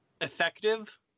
effective